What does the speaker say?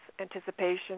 anticipation